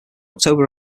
october